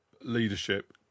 leadership